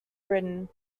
britain